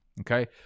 Okay